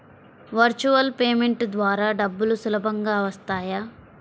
Virtual payment ద్వారా డబ్బులు సులభంగా వస్తాయా?